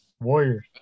Warriors